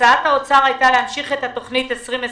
הצעת האוצר הייתה להמשיך את תוכנית 2020